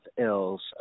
ills